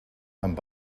amb